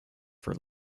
for